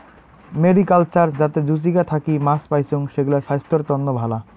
mariculture যাতে জুচিকা থাকি মাছ পাইচুঙ, সেগ্লা ছাইস্থ্যর তন্ন ভালা